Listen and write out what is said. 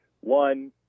One